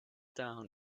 down